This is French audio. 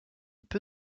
peu